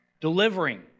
delivering